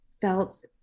felt